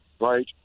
right